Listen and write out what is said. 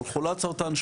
על חולת סרטן,